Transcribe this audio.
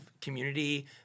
community